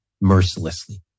mercilessly